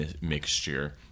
mixture